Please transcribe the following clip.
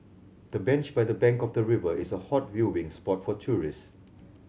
the bench by the bank of the river is a hot viewing spot for tourists